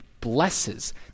blesses